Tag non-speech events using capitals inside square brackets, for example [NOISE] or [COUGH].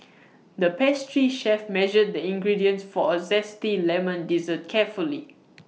[NOISE] the pastry chef measured the ingredients for A Zesty Lemon Dessert carefully